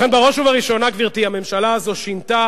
ובכן, בראש ובראשונה, גברתי, הממשלה הזאת שינתה